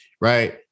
Right